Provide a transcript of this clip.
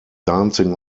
dancing